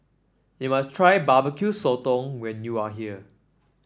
you must try Barbecue Sotong when you are here